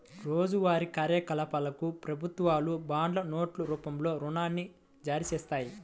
రోజువారీ కార్యకలాపాలకు ప్రభుత్వాలు బాండ్లు, నోట్ రూపంలో రుణాన్ని జారీచేత్తాయి